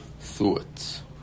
thoughts